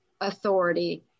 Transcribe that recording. authority